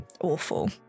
awful